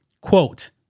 Quote